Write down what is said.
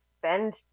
spend